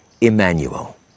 Emmanuel